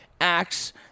acts